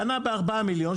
קנה ב-4 מיליון,